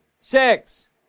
six